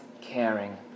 caring